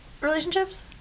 relationships